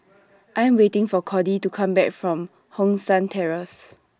I'm waiting For Cordie to Come Back from Hong San Terrace